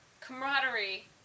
camaraderie